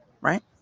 right